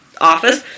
office